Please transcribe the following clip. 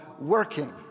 working